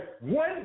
one